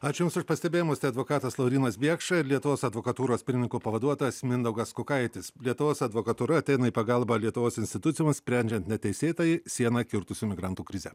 ačiū jums už pastebėjimus tai advokatas laurynas biekša ir lietuvos advokatūros pirmininko pavaduotojas mindaugas kukaitis lietuvos advokatūra ateina į pagalbą lietuvos institucijoms sprendžiant neteisėtai sieną kirtusių migrantų krizę